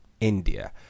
India